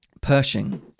pershing